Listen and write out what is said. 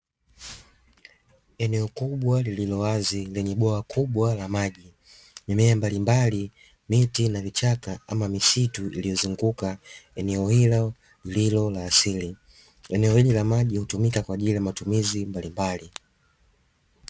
Eneo kubwa lililo wazi lenye bwawa kubwa la maji, mimea mbalimbali, miti na vichaka, ama misitu, iliyozunguka eneo hilo lililo na asili. Eneo hili la maji hutumika kwa ajili ya matumizi mbalimbali.